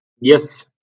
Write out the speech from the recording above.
Yes